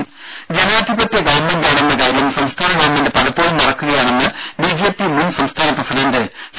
രുര ജനാധിപത്യ ഗവൺമെന്റാണെന്ന കാര്യം സംസ്ഥാന ഗവൺമെന്റ് പലപ്പോഴും മറക്കുകയാണെന്ന് ബിജെപി മുൻ സംസ്ഥാന പ്രസിഡന്റ് സി